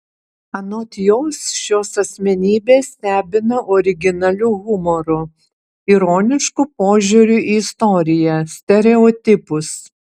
anot jos šios asmenybės stebina originaliu humoru ironišku požiūriu į istoriją stereotipus